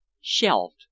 shelved